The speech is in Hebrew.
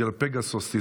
בגלל פגסוס.